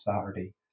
Saturday